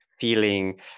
feeling